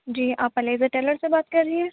جی آپ علیزہ ٹیلر سے بات کر رہی ہیں